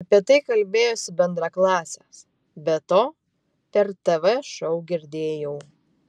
apie tai kalbėjosi bendraklasės be to per tv šou girdėjau